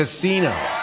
Casino